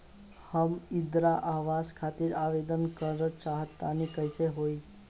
हम इंद्रा आवास खातिर आवेदन करे क चाहऽ तनि कइसे होई?